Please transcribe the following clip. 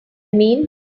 mean